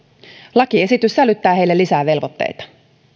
lakiesitys sälyttää heille lisää velvoitteita